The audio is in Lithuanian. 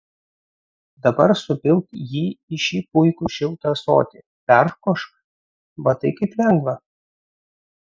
dabar supilk jį į šį puikų šiltą ąsotį perkošk matai kaip lengva